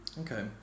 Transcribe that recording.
Okay